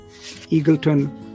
Eagleton